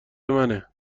منه